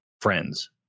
friends